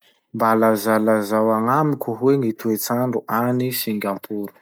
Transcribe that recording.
Mba lazalazao agnamiko hoe gny toetsandro agny Singapour?